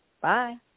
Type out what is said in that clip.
Bye